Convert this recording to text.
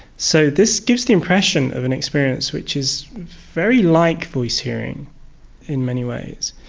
so this gives the impression of an experience which is very like voice-hearing in many ways.